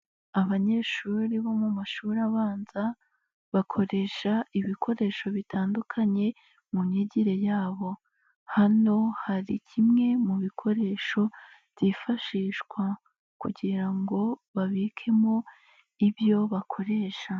Abanyeshuri bo mu mashuri abanza bakoresha ibikoresho bitandukanye mu myigire yabo, hano hari kimwe mu bikoresho byifashishwa kugira ngo babikemo ibyo bakoresha.